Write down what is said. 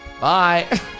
bye